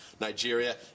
Nigeria